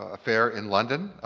ah fair in london,